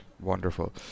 Wonderful